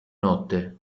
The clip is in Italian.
notte